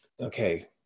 okay